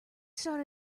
start